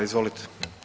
Izvolite.